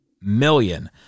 million